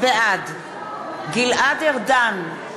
בעד גלעד ארדן,